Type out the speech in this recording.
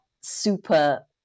super